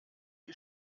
ich